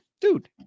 dude